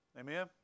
Amen